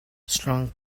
strong